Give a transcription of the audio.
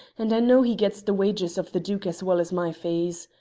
and i know he gets the wages of the duke as well as my fees.